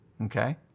Okay